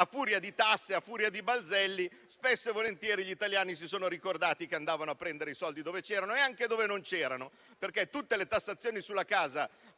a furia di tasse e balzelli, spesso e volentieri gli italiani si sono ricordati che andavano a prendere i soldi dove c'erano e anche dove non c'erano. Ci siamo difesi